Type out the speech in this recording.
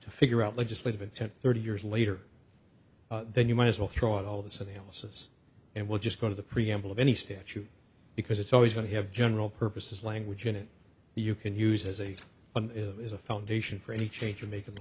to figure out legislative intent thirty years later then you might as well throw out all this analysis and we'll just go to the preamble of any statute because it's always going to have general purposes language in it you can use as a as a foundation for any change or mak